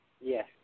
Yes